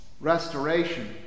Restoration